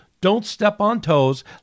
don't-step-on-toes